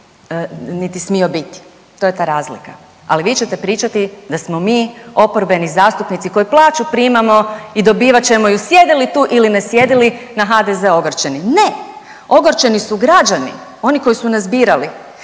niti biti, to je ta razlika, ali vi ćete pričati da smo mi oporbeni zastupnici koji plaću primamo i dobivat ćemo ju sjedili tu ili ne sjedili na HDZ ogorčeni. Ne, ogorčeni su građani, oni koji su nas birali,